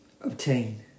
obtain